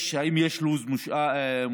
האם יש לו"ז מוסדר?